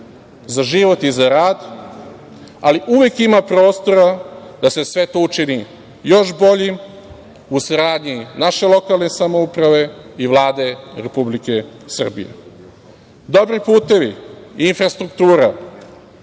za život i za rad, ali uvek ima prostora da se sve to učini još boljim u saradnji naše lokalne samouprave i Vlade Republike Srbije. Dobri putevi, infrastruktura,